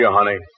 honey